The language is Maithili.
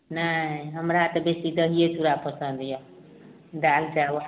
नहि हमरा तऽ बेसी दहिये चूड़ा पसन्द यऽ दालि चावल